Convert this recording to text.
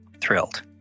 thrilled